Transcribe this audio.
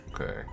okay